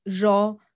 raw